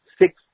six